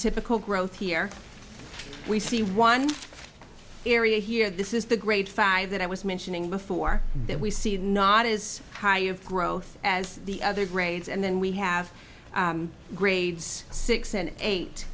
typical growth here we see one area here this is the grade five that i was mentioning before that we see not as high of growth as the other grades and then we have grades six and eight